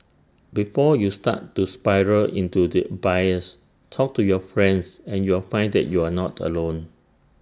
before you start to spiral into the abyss talk to your friends and you'll find that you are not alone